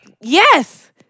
Yes